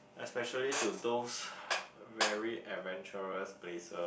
especially to those very adventurous places